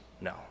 No